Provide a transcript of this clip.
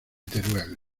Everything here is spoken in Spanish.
teruel